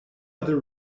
other